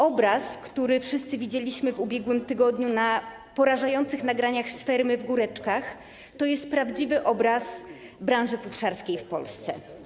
Obraz, który wszyscy widzieliśmy w ubiegłym tygodniu na porażających nagraniach z fermy w Góreczkach, to jest prawdziwy obraz branży futrzarskiej w Polsce.